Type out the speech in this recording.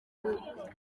mukobwa